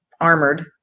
armored